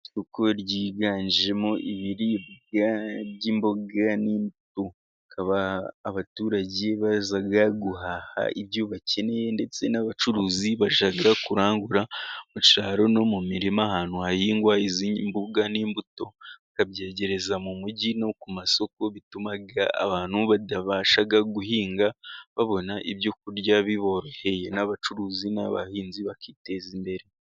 Isoko ryiganjemo ibiribwa by'imboga n'imbuto, hakaba abaturage baza guhaha ibyo bakeneye ndetse n'abacuruzi bajya kurangura mu cyaro no mu mirima, ahantu hahingwa izi mboga n'imbuto bakabyegereza mu mugi no ku masoko, bituma abantu batabasha guhinga, babona ibyo kurya biboroheye n'abacuruzi n'abahinzi bakiteza imbere.